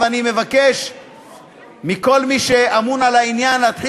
אני מבקש מכל מי שאמון על העניין להתחיל